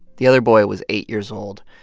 the other boy was eight years old,